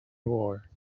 war